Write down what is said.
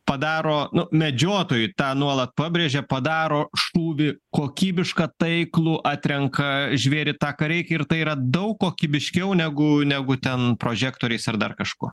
padaro medžiotojui tą nuolat pabrėžia padaro šūvį kokybišką taiklų atrenka žvėrį tą ką reikia ir tai yra daug kokybiškiau negu negu ten prožektoriais ar dar kažkuo